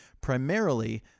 primarily